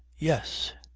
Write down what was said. yes!